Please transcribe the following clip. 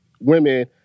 women